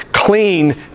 Clean